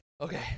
Okay